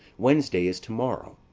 wednesday is to-morrow.